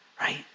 Right